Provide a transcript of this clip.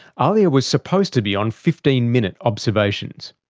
ahlia was supposed to be on fifteen minute observations.